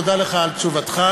תודה לך על תשובתך.